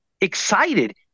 excited